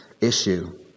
issue